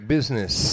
Business